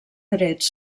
drets